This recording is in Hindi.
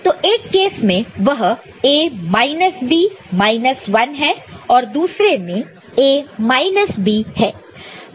तो एक केस में वह A माइनस Bमाइनस 1 है और दूसरे में A माइनस B है